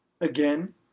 Again